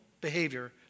behavior